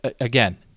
again